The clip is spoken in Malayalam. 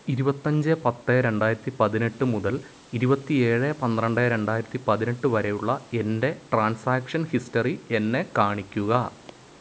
ഇരുപത്തഞ്ച് പത്ത് രണ്ടായിരത്തി പതിനെട്ട് മുതൽ ഇരുപത്തിയേഴ് പന്ത്രണ്ട് രണ്ടായിരത്തി പതിനെട്ട് വരെയുള്ള എൻ്റെ ട്രാൻസാക്ഷൻ ഹിസ്റ്ററി എന്നെ കാണിക്കുക